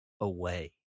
away